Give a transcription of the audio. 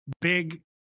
big